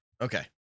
Okay